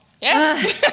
Yes